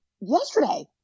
yesterday